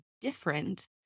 different